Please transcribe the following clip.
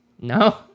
No